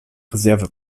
reserve